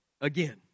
again